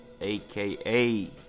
aka